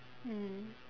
mm